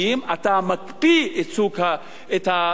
אתה מקפיא את השוק,